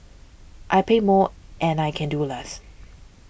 I pay more and I can do less